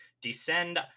descend